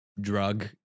drug